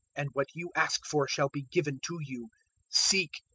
and what you ask for shall be given to you seek,